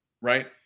right